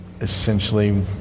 essentially